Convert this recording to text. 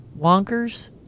wonkers